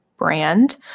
brand